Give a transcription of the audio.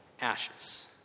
ashes